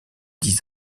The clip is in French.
dix